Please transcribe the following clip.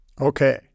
Okay